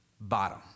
bottom